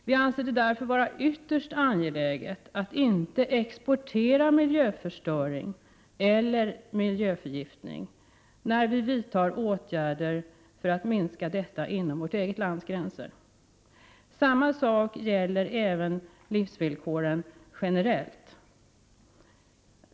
Vi anser det vara ytterst angeläget att inte exportera miljöförstöring eller miljöförgiftning när vi vidtar åtgärder för att minska detta inom vårt eget lands gränser. Samma sak gäller även livsvillkoren generellt.